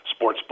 sportsbook